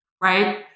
Right